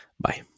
Bye